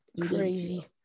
crazy